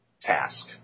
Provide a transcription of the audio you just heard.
task